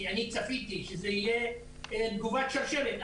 כי אני ציפיתי שזו תהיה תגובת שרשרת.